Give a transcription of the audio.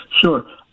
Sure